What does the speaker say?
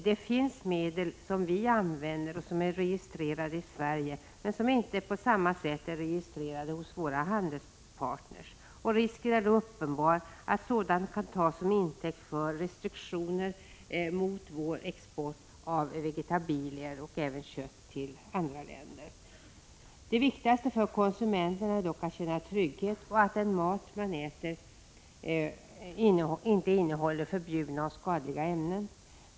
Det finns medel som vi använder och som är registrerade i Sverige men som inte på samma sätt är registrerade hos våra handelspartner, och risken är då uppenbar att sådana ingripanden kan tas som intäkt för restriktioner mot vår export av vegetabilier och även kött till andra länder. Det viktigaste för konsumenten är dock att han kan känna trygghet att den mat han äter inte innehåller förbjudna och skadliga ämnen.